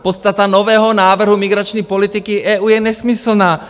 Podstata nového návrhu migrační politiky EU je nesmyslná!